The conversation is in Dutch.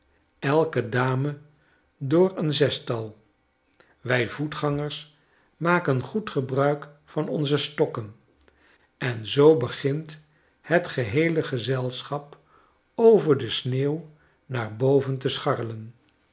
elke dame door een zestal wij voetgangers makengoed gebruik van onze stokken en zoo begint het geheele gezelschap over de sneeuw naar boven te scharrelen